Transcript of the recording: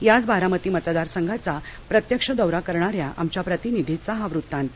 याच बारामती मतदारसंघाचा प्रत्यक्ष दौरा करणाऱ्या आमच्या प्रतिनिधीचा हा वृत्तांत